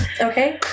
Okay